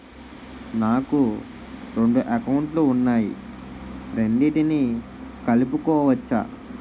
నాకు రెండు అకౌంట్ లు ఉన్నాయి రెండిటినీ కలుపుకోవచ్చా?